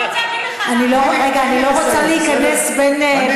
אני רוצה להגיד לך למה.